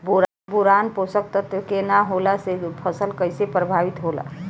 Boron पोषक तत्व के न होला से फसल कइसे प्रभावित होला?